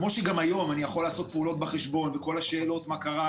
כמו שגם היום אני יכול לעשות פעולות בחשבון וכל השאלות מה קרה,